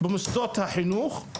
במוסדות החינוך,